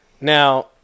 Now